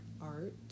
art